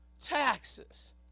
taxes